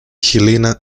helena